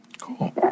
Cool